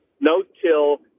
No-till